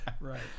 right